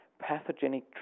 pathogenic